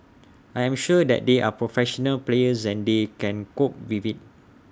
I am sure that they are professional players and they can cope with IT